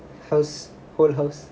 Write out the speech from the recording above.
those whole house